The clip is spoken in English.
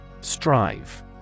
Strive